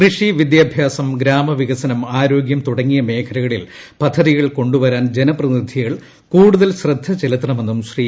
കൃഷി വിദ്യാഭ്യാസം ഗ്രാമവികസനം ആരോഗൃം തുടങ്ങിയ മേഖലകളിൽ പദ്ധതികൾ കൊണ്ടുവരാൻ ജനപ്രതിനിധികൾ കൂടുതൽ ശ്രദ്ധ ചെലുത്തണമെന്നും ശ്രീ